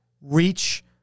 reach